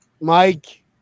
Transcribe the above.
Mike